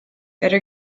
better